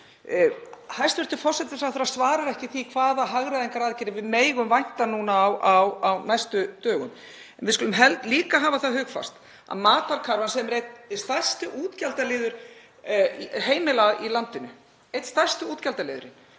Hæstv. forsætisráðherra svarar ekki því hvaða hagræðingaraðgerðum við megum vænta núna á næstu dögum. En við skulum líka hafa það hugfast að matarkarfan er einn stærsti útgjaldaliður heimila í landinu, einn stærsti útgjaldaliðurinn,